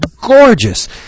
gorgeous